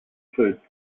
foods